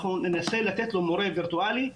אנחנו ננסה לתת לו מורה וירטואלי,